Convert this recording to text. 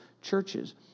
churches